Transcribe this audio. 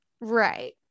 Right